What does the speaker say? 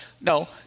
No